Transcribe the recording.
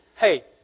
hey